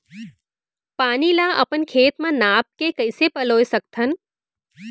पानी ला अपन खेत म नाप के कइसे पलोय सकथन?